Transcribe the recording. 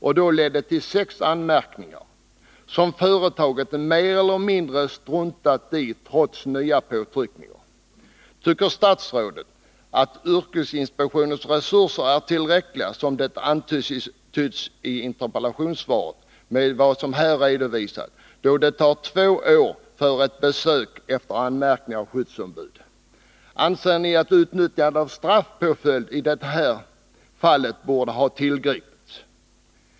Detta medförde sex anmärkningar, som företaget mer eller mindre struntat i trots nya påtryckningar. Tycker statsrådet att yrkesinspektionens resurser är tillräckliga, såsom det antytts i svaret, när det går två år innan det blir besök efter anmärkningar från ett skyddsombud? Anser ni att utnyttjande av straffpåföljd i det här fallet borde ha tillgripits?